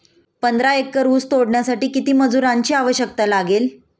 पंधरा एकर ऊस तोडण्यासाठी किती मजुरांची आवश्यकता लागेल?